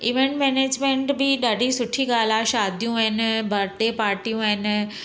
event management बि ॾाढी सुठी ॻाल्हि आहे शादियूं आहिनि बर्डे पार्टियूं आहिनि